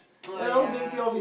oh yeah